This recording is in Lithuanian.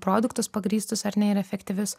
produktus pagrįstus ar ne ir efektyvius